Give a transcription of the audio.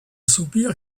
soupir